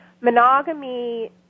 monogamy